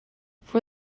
for